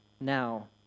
now